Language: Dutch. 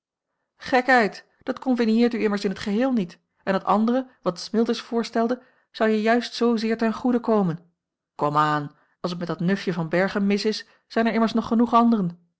gekheid dat convenieert u immers in t geheel niet en dat andere wat smilders voorstelde zou je juist zoozeer ten goede komen kom aan als t met dat nufje van berchem mis is zijn er immers nog genoeg anderen